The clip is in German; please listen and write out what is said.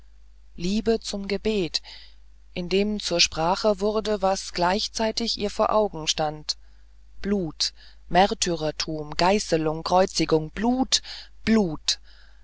liebe zum gebet in dem zur sprache wurde was gleichzeitig ihr vor augen stand blut märtyrertum geißelung kreuzigung blut blut